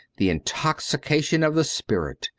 the intoxication of the spirit,